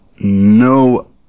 No